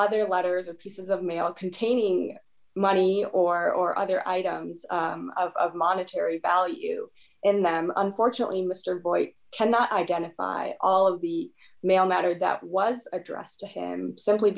other letters and pieces of mail containing money or or other items of monetary value in them unfortunately mr boyd cannot identify all of the mail matter that was addressed to him simply